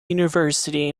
university